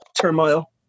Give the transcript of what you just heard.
turmoil